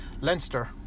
Leinster